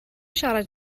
siarad